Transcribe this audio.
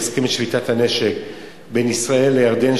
שהסכם שביתת הנשק בין ישראל לירדן,